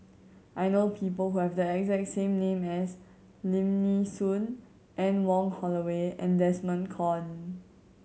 I know people who have the exact same name as Lim Nee Soon Anne Wong Holloway and Desmond Kon